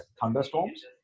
thunderstorms